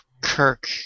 Kirk